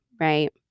right